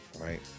Right